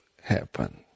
happen